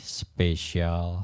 special